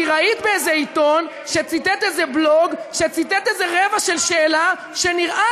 כי ראית באיזה עיתון שציטט איזה בלוג שציטט איזה רבע של שאלה שנראה